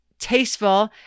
Tasteful